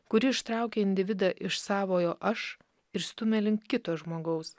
kuri ištraukia individą iš savojo aš ir stumia link kito žmogaus